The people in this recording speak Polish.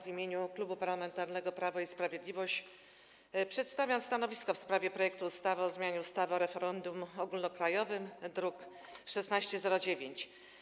W imieniu Klubu Parlamentarnego Prawo i Sprawiedliwość przedstawiam stanowisko w sprawie projektu ustawy o zmianie ustawy o referendum ogólnokrajowym, druk nr 1609.